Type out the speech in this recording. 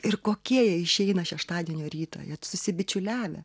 ir kokie jie išeina šeštadienio rytą jie susibičiuliavę